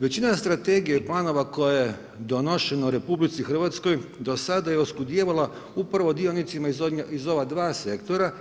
Većina strategija i planova koje je donošeno u RH do sada je oskudijevala upravo dionicima iz ova dva sektora.